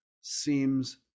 seems